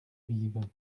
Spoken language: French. vives